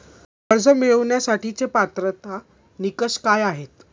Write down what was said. कर्ज मिळवण्यासाठीचे पात्रता निकष काय आहेत?